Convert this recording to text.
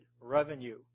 revenue